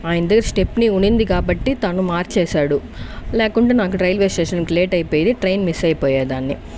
ఆయన దగ్గర స్టెఫ్ని ఉన్నింది కాబట్టి తను మార్చేశాడు లేకుంటే నాకు రైల్వే స్టేషన్కి లేట్ అయిపోయేది ట్రైన్ మిస్ అయిపోయేదాన్ని